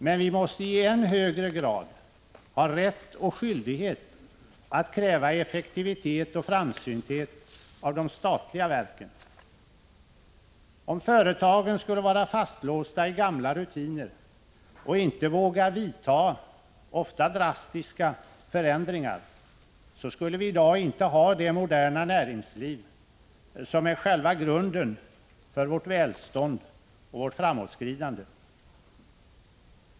Men vi måste i än högre grad ha rätt och skyldighet att kräva effektivitet och framsynthet av de statliga verken. Om företagen skulle vara fastlåsta i gamla rutiner och inte vågar vidta — ofta drastiska — förändringar, skulle vi i dag inte ha det moderna näringsliv som är själva grunden för vårt välstånd och vårt framåtskridande.